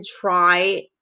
try